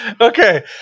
Okay